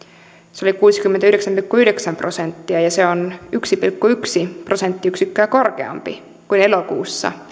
se oli kuusikymmentäyhdeksän pilkku yhdeksän prosenttia ja se on yksi pilkku yksi prosenttiyksikköä korkeampi kuin elokuussa